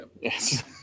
Yes